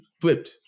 flipped